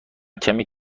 کمی